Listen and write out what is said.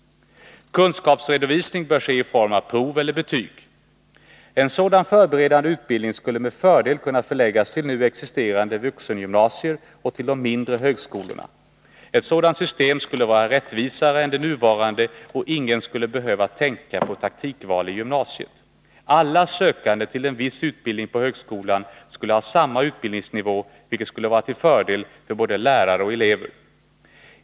Kunskapsredovisning bör ske i form av prov eller betyg. En sådan förberedande utbildning skulle med fördel kunna förläggas till nu existerande vuxengymnasium och till de mindre högskolorna. Ett sådant system skulle vara rättvisare än det nuvarande, och ingen skulle behöva tänka på taktikval i gymnasiet. Alla sökande till en viss utbildning på högskolan skulle ha samma utbildningsnivå, vilket skulle vara till fördel för både lärare och elever.